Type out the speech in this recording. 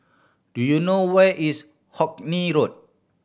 do you know where is Hawkinge Road